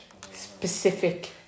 Specific